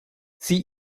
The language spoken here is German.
sie